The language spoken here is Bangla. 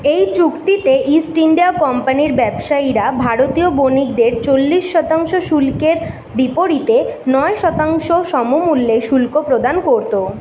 এই চুক্তিতে ইস্ট ইন্ডিয়া কোম্পানির ব্যবসায়ীরা ভারতীয় বণিকদের চল্লিশ শতাংশ শুল্কের বিপরীতে নয় শতাংশ সমমূল্যে শুল্ক প্রদান করত